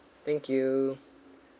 thank you